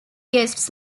guests